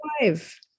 five